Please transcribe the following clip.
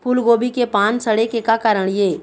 फूलगोभी के पान सड़े के का कारण ये?